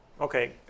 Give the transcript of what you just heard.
okay